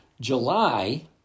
July